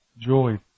Joy